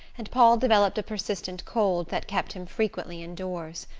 and paul developed a persistent cold that kept him frequently indoors.